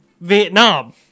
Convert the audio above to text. Vietnam